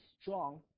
strong